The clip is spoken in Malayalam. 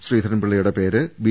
ശ്രീധരൻപിള്ളയുടെ പേര് ബി